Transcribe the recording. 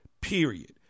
period